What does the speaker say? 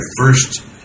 first